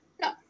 no